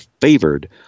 favored